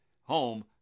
home